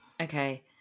Okay